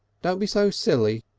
don't be so silly,